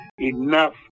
enough